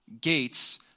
Gates